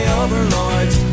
overlords